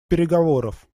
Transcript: переговоров